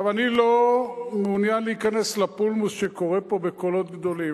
אני לא מעוניין להיכנס לפולמוס שקורה פה בקולות גדולים,